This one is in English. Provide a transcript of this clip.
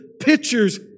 pictures